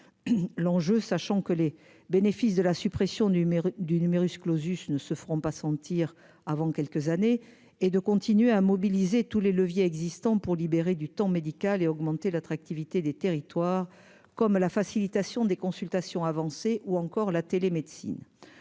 l'enjeu, sachant que les bénéfices de la suppression du du numerus clausus ne se feront pas sentir avant quelques années, et de continuer à mobiliser tous les leviers existants pour libérer du temps médical et augmenter l'attractivité des territoires comme la facilitation des consultations avancées ou encore la télémédecine